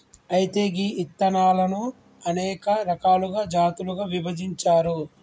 అయితే గీ ఇత్తనాలను అనేక రకాలుగా జాతులుగా విభజించారు